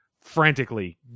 frantically